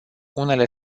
unele